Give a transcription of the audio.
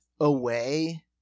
away